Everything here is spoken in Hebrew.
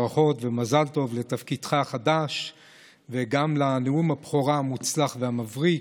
ברכות ומזל טוב על תפקידך החדש וגם על נאום הבכורה המוצלח והמבריק.